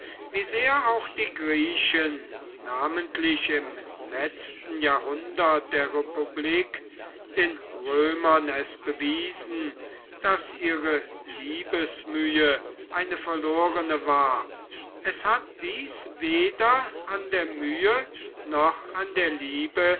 wie sehr auch die griechen namentlich im letzten jahrhundert der republik den römern es bewiesen daß ihre liebesmühe eine verlorene war es hat dies weder an der mühe noch an der liebe